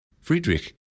Friedrich